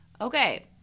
Okay